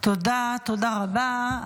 תודה רבה.